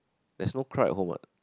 that's no crap home what